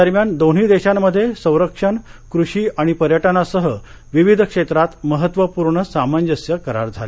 दरम्यान दोन्ही देशांमध्ये संरक्षण कृषी आणि पर्यटनासह विविध क्षेत्रात महत्त्वपूर्ण सामंजस्य करार झाले